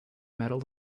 medal